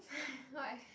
why